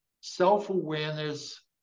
self-awareness